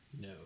No